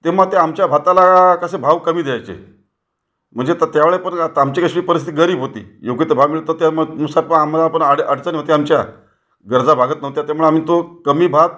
तेम्हा ते आमच्या भाताला कसे भाव कमी द्यायचे म्हणजे तर त्या वेळेपर्यंत आमची कशी परिस्थिती गरीब होती योग्य तो भाव मिळतो त्यामु नुसार पण आम्हाला पण अड अडचणी होत्या आमच्या गरजा भागत नव्हत्या त्यामुळे आम्ही तो कमी भात